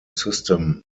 system